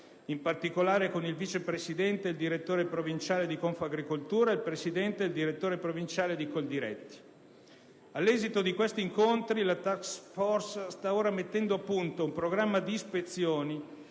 in particolare con il vice presidente e il direttore provinciale di Confagricoltura ed il presidente ed il direttore provinciale di Coldiretti. All'esito di questi incontri, la *task* *force* sta ora mettendo a punto un programma di ispezioni